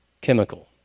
chemical